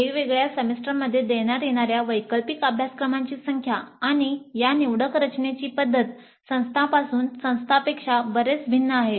वेगवेगळ्या सेमेस्टरमध्ये देण्यात येणाऱ्या वैकल्पिक अभ्यासक्रमांची संख्या आणि या निवडक रचनेची पद्धत संस्थापासून संस्थापेक्षा बरेच भिन्न आहे